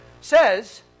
says